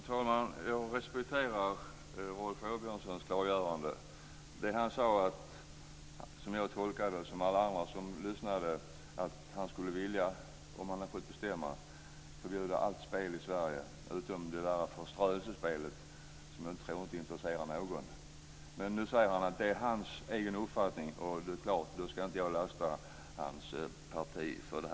Fru talman! Jag respekterar Rolf Åbjörnssons klargörande. Jag tolkar det han sade, liksom alla andra som lyssnade, som att han om han fick bestämma skulle vilja förbjuda allt spel i Sverige utom förströelsespelet, som jag inte tror intresserar någon. Men nu säger han att det är hans egen uppfattning, och då är det klart att jag inte skall lasta hans parti för det.